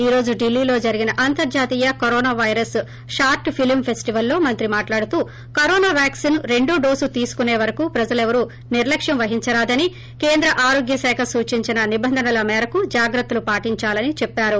ఈరోజు ఢిల్లీలో జరిగిన అంతర్లాతీయ కరోనా పైరస్ షార్ట్ ఫిలిం ఫెస్టివల్లో మంత్రి మాట్లాడుతూ కరోనా వ్యాక్సిన్ రెండో డోసు తీసుకునే వరకు ప్రజలవరూ నిర్రక్షం వహించారాదని కేంద్ర ఆరోగ్య శాఖ సూచించిన నిబంధనల మేరకు జాగ్రత్తలు పాటించాలని చెప్పారు